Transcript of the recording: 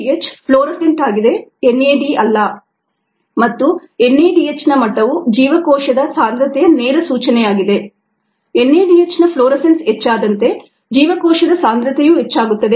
NADH fluorescent ಆಗಿದೆ NAD ಅಲ್ಲ ಮತ್ತು NADH ನ ಮಟ್ಟವು ಜೀವಕೋಶದ ಸಾಂದ್ರತೆಯ ನೇರ ಸೂಚನೆಯಾಗಿದೆ NADH ನ ಫ್ಲೋರೆಸೆನ್ಸ್ ಹೆಚ್ಚಾದಂತೆ ಜೀವಕೋಶದ ಸಾಂದ್ರತೆಯು ಹೆಚ್ಚಾಗುತ್ತದೆ